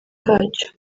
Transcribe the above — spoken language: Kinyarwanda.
kacyo